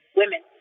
women